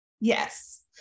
yes